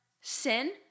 sin